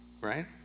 right